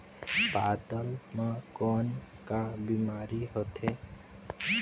पातल म कौन का बीमारी होथे?